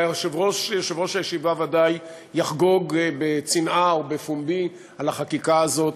ויושב-ראש הישיבה ודאי יחגוג בצנעה או בפומבי על החקיקה הזאת,